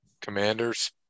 Commanders